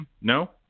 No